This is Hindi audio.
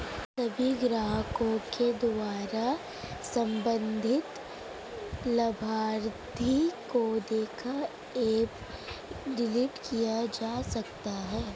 सभी ग्राहकों के द्वारा सम्बन्धित लाभार्थी को देखा एवं डिलीट किया जा सकता है